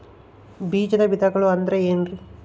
ಬೇಜದ ವಿಧಗಳು ಅಂದ್ರೆ ಏನ್ರಿ?